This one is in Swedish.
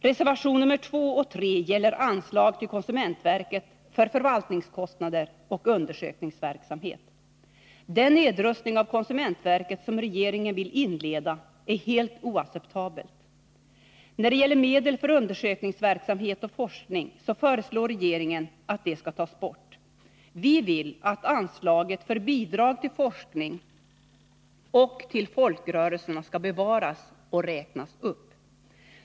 Reservationerna nr 2 och 3 gäller anslag till konsumentverket för förvaltningskostnader och undersökningsverksamhet. Den nedrustning av konsumentverket som regeringen vill inleda är helt oacceptabel. Regeringen föreslår att medel för undersökningsverksamhet och forskning skall tas bort. Vi vill att anslaget för bidrag till forskning och till folkrörelserna skall bevaras och räknas upp.